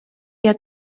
der